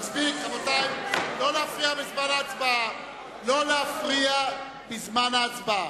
לא להפריע בזמן הצבעה.